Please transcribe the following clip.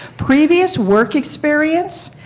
previous work experience,